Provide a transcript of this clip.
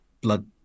blood